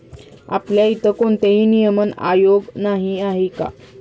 आपल्या इथे कोणतेही नियमन आयोग नाही आहे का?